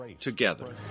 together